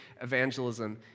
evangelism